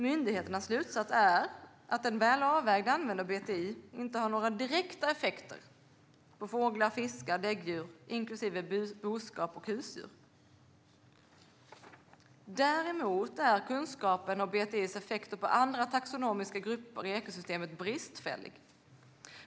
Myndighetens slutsats var att en väl avvägd användning av BTI inte har några direkta effekter på fåglar, fiskar och däggdjur inklusive boskap och husdjur. Däremot är kunskapen om BTI:s effekter på andra taxonomiska grupper i ekosystemet bristfällig.